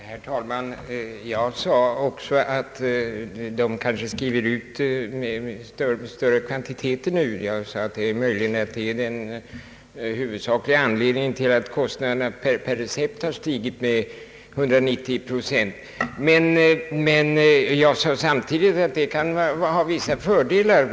Herr talman! Jag sade också att läkarna troligen skriver ut större kvantiteter nu än tidigare och att det torde vara den huvudsakliga anledningen till att kostnaden per recept stigit med 190 procent. Jag framhöll emellertid samtidigt att detta kan ha vissa fördelar.